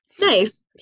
Nice